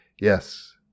Yes